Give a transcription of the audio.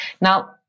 Now